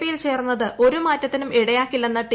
പിയിൽ ചേർന്നത് ഒരു മാറ്റത്തിനും ഇടയാക്കില്ലെന്ന് ടി